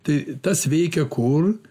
tai tas veikia kur